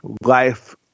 life